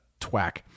twack